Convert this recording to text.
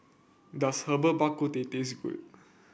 does Herbal Bak Ku Teh taste good